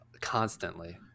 constantly